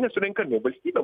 nesurenkami valstybė